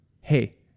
hey